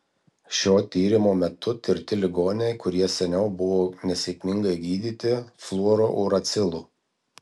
šio tyrimo metu tirti ligoniai kurie seniau buvo nesėkmingai gydyti fluorouracilu